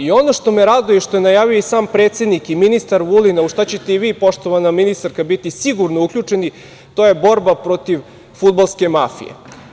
Ono što me raduje, što je najavio i sam predsednik i ministar Vulin, u šta ćete i vi, poštovana ministarka, biti sigurno uključeni, to je borba protiv fudbalske mafije.